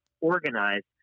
organized